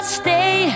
stay